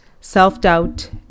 Self-doubt